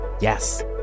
Yes